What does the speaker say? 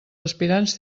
aspirants